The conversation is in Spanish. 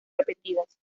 repetidas